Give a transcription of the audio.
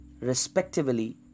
respectively